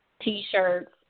T-shirts